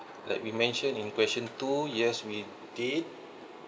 like we mention in question two yes we did